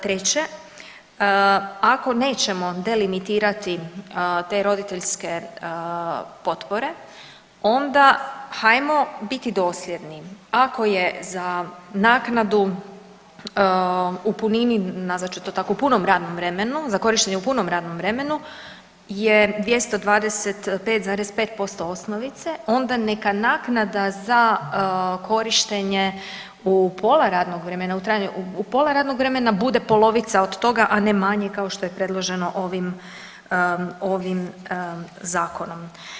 Treće, ako nećemo delimitirati te roditeljske potpore onda hajmo biti dosljedni, ako je za naknadu u punini, nazvat ću to tako u punom radnom vremenu, za korištenje u punom radnom vremenu je 225,5% osnovice onda neka naknada za korištenje u pola radnog vremena, u trajanju u pola radnog vremena bude polovica od toga, a ne manje kao što je predloženo ovim, ovim zakonom.